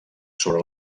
sobre